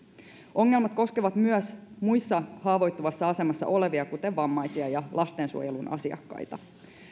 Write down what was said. ongelmat koskevat myös muita haavoittuvassa asemassa olevia kuten vammaisia ja lastensuojelun asiakkaita